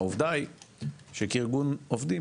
העובדה היא שכארגון עובדים,